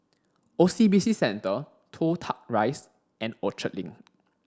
O C B C Centre Toh Tuck Rise and Orchard Link